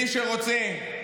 מי שרוצה,